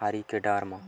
हारी के डर म